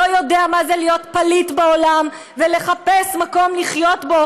לא יודע מה זה להיות פליט בעולם ולחפש מקום לחיות בו,